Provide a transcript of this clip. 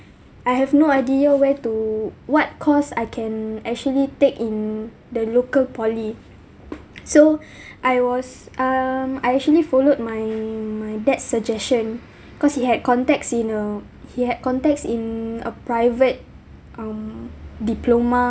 I have no idea where to what course I can actually take in the local poly so I was um I actually followed my my dad's suggestion cause he had contacts in uh he had contacts in a private um diploma